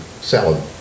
salad